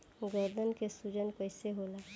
गर्दन के सूजन कईसे होला?